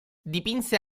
dipinse